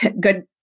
good